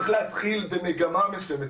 צריך להתחיל במגמה מסוימת.